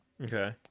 Okay